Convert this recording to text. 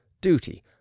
duty